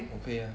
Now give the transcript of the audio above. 我可以 ah